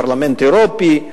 פרלמנט אירופי,